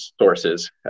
sources